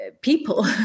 people